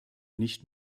nicht